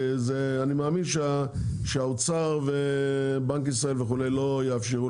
אני מאמין שהאוצר ובנק ישראל וכו' לא יאפשרו